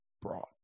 brought